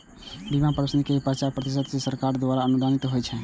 बीमा प्रीमियम केर पचास प्रतिशत केंद्र सरकार द्वारा अनुदानित होइ छै